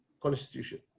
Constitution